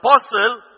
apostle